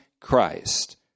Christ